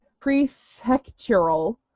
prefectural